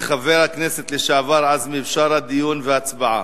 מחבר הכנסת לשעבר עזמי בשארה, דיון והצבעה.